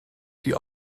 die